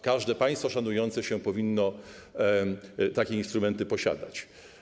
Każde państwo szanujące się powinno takie instrumenty posiadać.